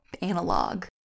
analog